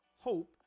hope